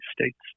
states